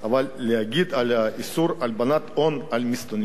אבל להגיד "איסור הלבנת הון" על מסתננים?